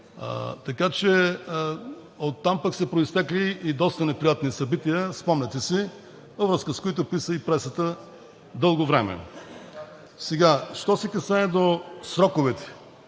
данните. Оттам са произтекли и доста неприятни събития, спомняте си, във връзка за които писа и пресата дълго време. Що се касае до сроковете.